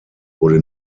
wurde